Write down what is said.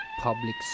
public